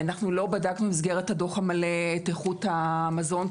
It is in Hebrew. לא בדקנו במסגרת הדוח המלא את איכות המזון,